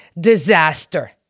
disaster